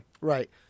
Right